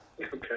Okay